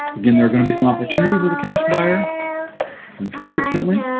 again there gonna be some opportunities as a cash buyer unfortunately,